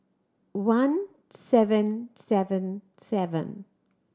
one seven seven seven